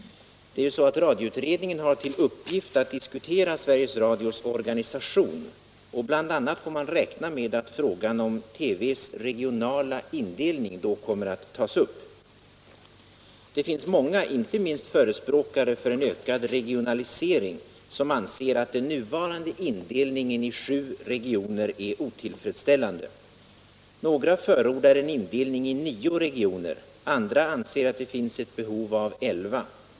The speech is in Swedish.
Radioutredningen har till uppgift att diskutera Sveriges Radios organisation. Bl. a. får man räkna med att frågan om TV:s regionala indelning då kommer att tas upp. Det finns många förespråkare, inte minst för en ökad regionalisering, som anser att den nuvarande indelningen i sju regioner är otillfredsställande. Några förordar en indelning i nio regioner medan andra anser att det finns ett behov av elva.